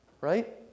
right